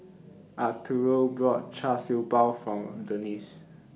Arturo bought Char Siew Bao For Denice